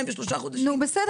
חודשיים ושלושה חודשים לאחר מכן.